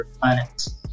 planets